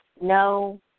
no